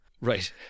right